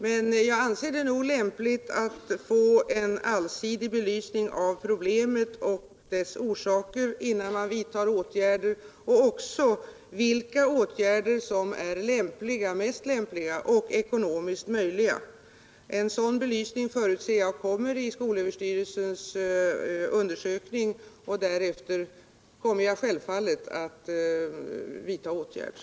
Men jag anser det lämpligt att få en allsidig belysning av problemet och dess orsaker samt även vilka åtgärder som är mest lämpliga och ekonomiskt möjliga innan man vidtar åtgärder. En sådan belysning förutsätter jag kommer i skolöverstyrelsens rapport, och därefter kommer jag självfallet att vidta åtgärder.